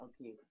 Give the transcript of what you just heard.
okay